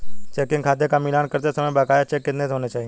Checking खाते का मिलान करते समय बकाया चेक कितने होने चाहिए?